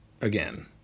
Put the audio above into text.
again